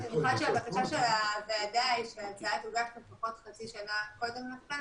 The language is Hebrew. הבקשה של הוועדה היא שההצעה תוגש לפחות חצי שנה קודם לכן,